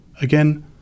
Again